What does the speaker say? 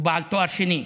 הוא בעל תואר שני.